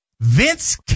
Vince